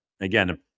again